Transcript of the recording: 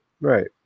Right